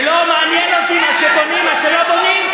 ולא מעניין אותי מה שבונים, מה שלא בונים,